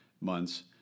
months